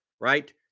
right